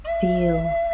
Feel